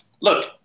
look